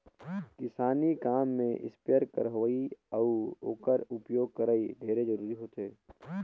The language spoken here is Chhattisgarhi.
किसानी काम में इस्पेयर कर होवई अउ ओकर उपियोग करई ढेरे जरूरी होथे